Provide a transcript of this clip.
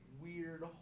weird